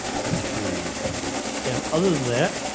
ah let's see an other than that.